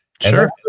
Sure